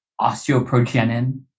osteoprogenin